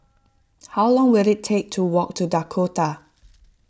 how long will it take to walk to Dakota